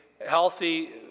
healthy